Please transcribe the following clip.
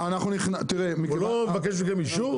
הוא לא מבקש מכם אישור?